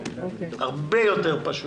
הרבה יותר פשוט.